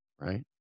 right